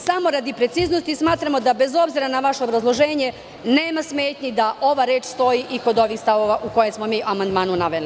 Samo radi preciznosti, smatramo da, bez obzira na vaše obrazloženje, nema smetnji da ova reč stoji i kod ovih stavova koje smo mi u amandmanu navele.